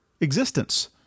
existence